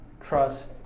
trust